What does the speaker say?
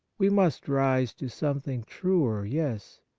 we must rise to something truer. yes!